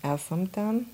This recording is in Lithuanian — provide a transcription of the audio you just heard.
esam ten